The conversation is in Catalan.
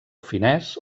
finès